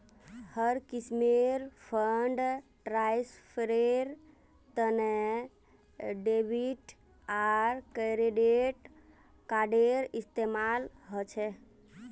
हर किस्मेर फंड ट्रांस्फरेर तने डेबिट आर क्रेडिट कार्डेर इस्तेमाल ह छे